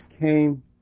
came